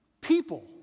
people